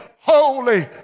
holy